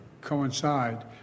coincide